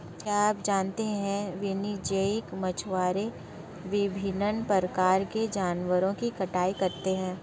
क्या आप जानते है वाणिज्यिक मछुआरे विभिन्न प्रकार के जानवरों की कटाई करते हैं?